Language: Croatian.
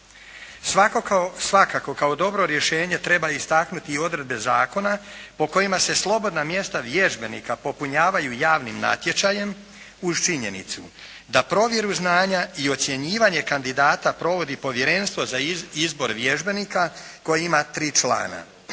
Svakako kao dobro rješenje treba istaknuti odredbe zakona po kojima se slobodna mjesta vježbenika popunjavaju javnim natječajem uz činjenicu da provjeru znanja i ocjenjivanje kandidata provodi povjerenstvo za izbor vježbenika koje ima 3 člana.